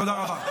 תודה רבה.